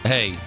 Hey